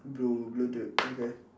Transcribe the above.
blue blue dude okay